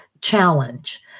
challenge